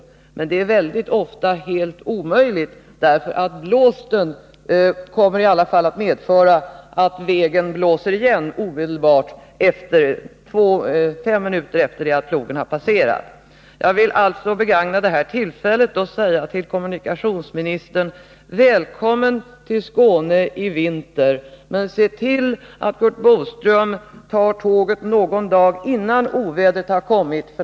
Väldigt ofta är det emellertid helt omöjligt, därför att blåsten kommer att medföra att vägen i alla fall snöas igen fem minuter efter det att plogen har passerat. Nr 32 Jag vill begagna det här tillfället och säga till kommunikationsministern: Tisdagen den Välkommen till Skåne i vinter, men se till, Curt Boström, att ta tåget någon 23 november 1982 dag innan ovädret har kommit.